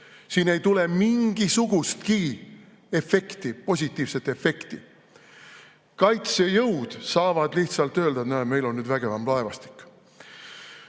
Siin ei tule mingisugustki positiivset efekti. Kaitsejõud saavad lihtsalt öelda, et näe, meil on nüüd vägevam laevastik.